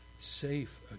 safe